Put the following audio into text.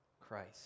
Christ